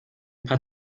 paar